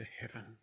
heaven